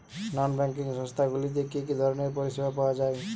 নন banking সংস্থা গুলিতে কি কি ধরনের পরিসেবা পাওয়া য়ায়?